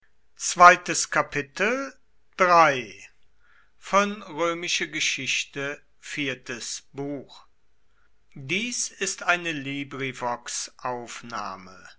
dies ist die